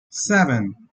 seven